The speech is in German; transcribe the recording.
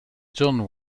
john